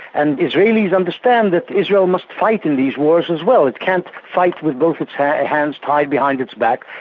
and israelis understand that israel must fight in these wars as well, it can't fight with both its hands tied behind its back.